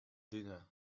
dinner